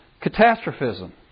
catastrophism